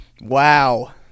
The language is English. Wow